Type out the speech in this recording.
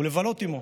ולבלות עימו.